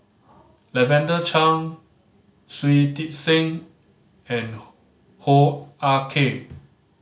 Lavender Chang Shui Tit Sing and Hoo Ah Kay